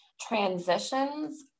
transitions